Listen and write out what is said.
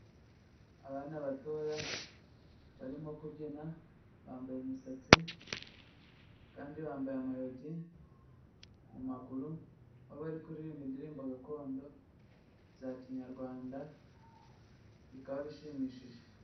Abana batoya bari mo kubyina bambaye imisatsi kandi bambaye amayugi mu maguru, aho bari kuririmba indirimbo gakondo za kinyarwanda bikaba bishimishije.